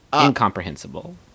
incomprehensible